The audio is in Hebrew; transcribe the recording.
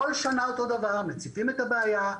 בכל שנה אותו דבר: מציפים את הבעיה,